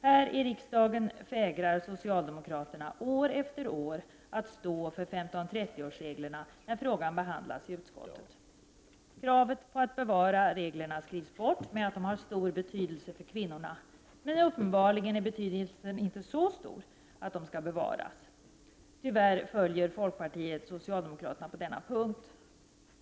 Här i riksdagen vägrar socialdemokraterna år efter år att stå för 15/30-årsreglerna när frågan behandlas i utskottet. Kravet på att bevara reglerna skrivs så att säga bort i betänkandena genom en hänvisning till att de har stor betydelse för kvinnorna, men uppenbarligen är betydelsen inte så stor att de skall bevaras. Tyvärr följer folkpartiet socialdemokraterna på denna punkt.